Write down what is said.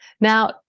Now